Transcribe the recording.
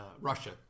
Russia